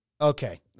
okay